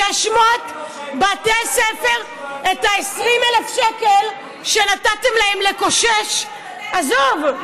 בתי ספר, את ה-20,000 שקל שנתתם להם לקושש עזוב.